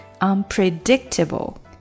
Unpredictable